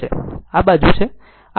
તે આ બાજુ છે